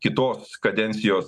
kitos kadencijos